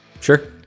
Sure